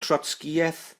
trotscïaeth